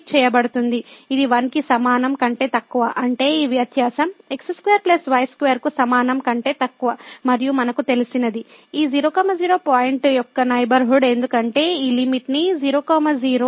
ఇది 1 కి సమానం కంటే తక్కువ అంటే ఈ వ్యత్యాసం x2 y2 కు సమానం కంటే తక్కువ మరియు మనకు తెలిసినది ఈ 00 పాయింట్ యొక్క నైబర్హుడ్ ఎందుకంటే ఈ లిమిట్ ని 00 తీసుకుంటుంది